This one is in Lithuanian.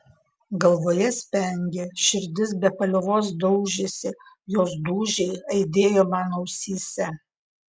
galvoje spengė širdis be paliovos daužėsi jos dūžiai aidėjo man ausyse